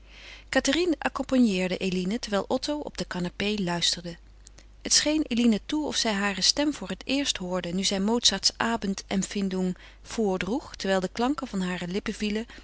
cathérine accompagneerde eline terwijl otto op de canapé luisterde het scheen eline toe of zij hare stem voor het eerst hoorde nu zij mozarts abendempfindung voordroeg terwijl de klanken van hare lippen vielen